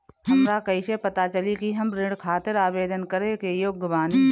हमरा कईसे पता चली कि हम ऋण खातिर आवेदन करे के योग्य बानी?